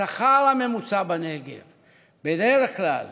השכר הממוצע בנגב הוא בדרך כלל